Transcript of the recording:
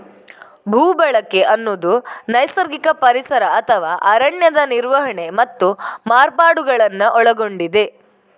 ಭೂ ಬಳಕೆ ಅನ್ನುದು ನೈಸರ್ಗಿಕ ಪರಿಸರ ಅಥವಾ ಅರಣ್ಯದ ನಿರ್ವಹಣೆ ಮತ್ತು ಮಾರ್ಪಾಡುಗಳನ್ನ ಒಳಗೊಂಡಿದೆ